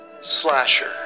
Slasher